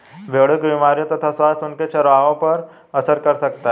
भेड़ों की बीमारियों तथा स्वास्थ्य उनके चरवाहों पर भी असर कर सकता है